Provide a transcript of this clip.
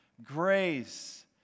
grace